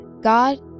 God